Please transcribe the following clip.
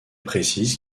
précise